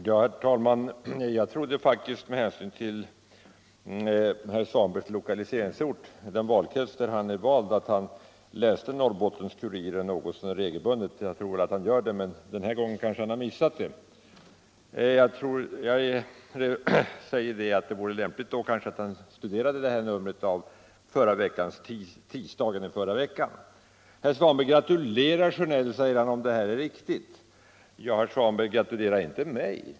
Herr talman! Jag trodde faktiskt med tanke på herr Svanbergs lokaliseringsort och valkrets att han läste Norrbottens-Kuriren något så när regelbundet, men han har kanske missat just det här. Det vore lämpligt att han studerade det här numret — det är från tisdagen i förra veckan. Herr Svanberg säger att han gratulerar herr Sjönell om tidningsuppgifterna är riktiga. Gratulera inte mig!